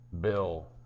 Bill